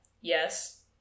yes